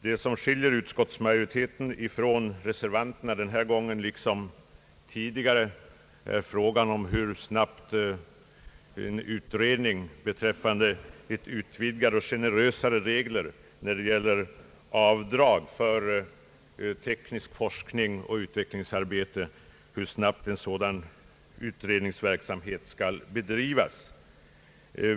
Det som skiljer utskottsmajoriteten från reservanterna denna gång liksom tidigare är frågan om hur snabbt en utredning beträffande utvidgade och generösare regler när det gäller avdrag för teknisk forskning och utvecklingsarbete skall bedrivas.